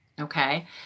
okay